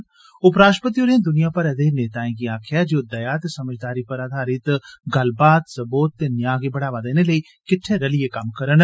उपराश्ट्रपति होरें दुनिया भरै दे नेताएं गी आक्खेआ जे ओह दया ते समझदारी पर आधारित गल्लबात सम्बोध ते न्याय गी बढ़ावा देने लेई किट्ठे रलियै कम्म करन